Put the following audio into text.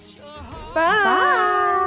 Bye